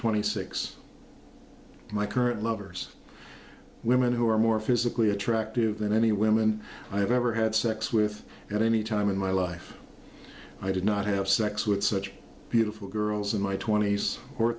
twenty six my current lovers women who are more physically attractive than any women i have ever had sex with at any time in my life i did not have sex with such beautiful girls in my twenty's or